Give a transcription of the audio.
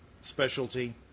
specialty